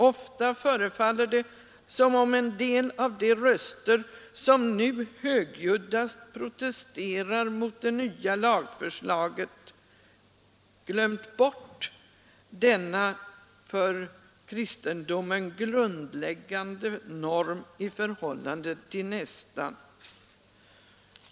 — Ofta förefaller det som om en del av de röster som nu högljuddast protesterar mot det nya lagförslaget glömt bort denna för kristendomen grundläggande norm i förhållande till nästan.